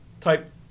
type